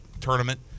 Tournament